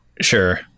Sure